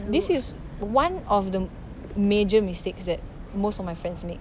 this is one of the major mistakes that most of my friends make